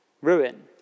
ruin